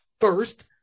first